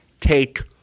take